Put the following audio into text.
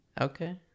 okay